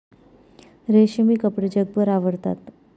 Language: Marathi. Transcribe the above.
रेशमी कपडे जगभर आवडतात